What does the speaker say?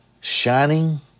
shining